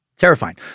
Terrifying